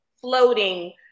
floating